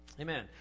Amen